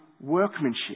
workmanship